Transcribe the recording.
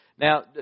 Now